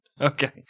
Okay